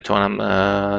توانم